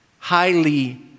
Highly